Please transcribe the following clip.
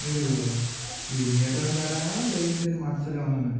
మీరు ఈ మీటర్ ఏమి తేడానా లేదంటే మార్చలా ఏమన్నా